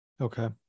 okay